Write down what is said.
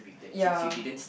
ya